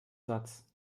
satz